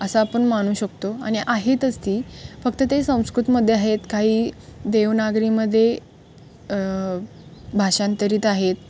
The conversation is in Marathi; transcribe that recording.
असं आपण मानू शकतो आणि आहेतच ती फक्त ते संस्कृतमध्ये आहेत काही देवनागरीमध्ये भाषांतरीत आहेत